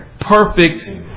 Perfect